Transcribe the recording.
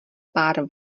pár